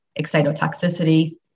excitotoxicity